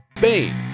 Bane